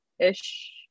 ish